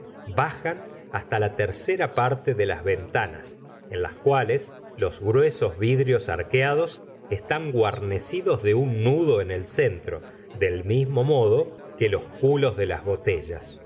bajan hasta la tercera parte de las ventanas en las cuales los gruesos vidrios arqueados están guarnecidos de un nudo en el centro del mismo modo que los culos de las botellas